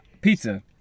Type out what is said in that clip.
Pizza